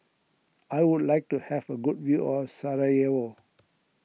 I would like to have a good view of Sarajevo